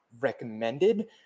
recommended